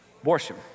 Abortion